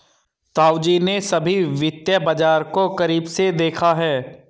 ताऊजी ने सभी वित्तीय बाजार को करीब से देखा है